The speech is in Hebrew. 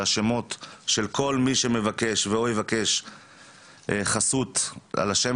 השמות של כל מי שמבקש או יבקש חסות על השם